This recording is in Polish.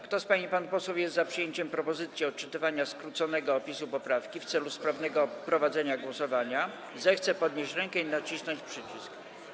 Kto z pań i panów posłów jest za przyjęciem propozycji odczytywania skróconego opisu poprawki w celu sprawnego prowadzenia głosowania, zechce podnieść rękę i nacisnąć przycisk.